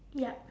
yup